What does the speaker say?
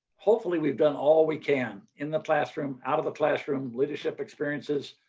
hopefully we have done all we can in the classroom, out of the classroom, leadership experiences,